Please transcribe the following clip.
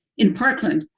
in parkland,